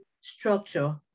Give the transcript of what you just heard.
structure